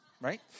right